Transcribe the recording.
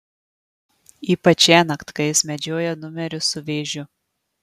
ypač šiąnakt kai jis medžioja numerius su vėžiu